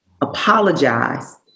apologize